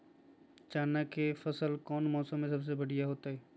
चना के फसल कौन मौसम में सबसे बढ़िया होतय?